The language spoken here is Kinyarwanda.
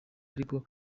ariko